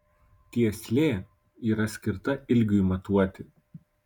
tieslė yra skirta ilgiui matuoti